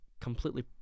completely